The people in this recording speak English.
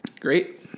Great